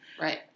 Right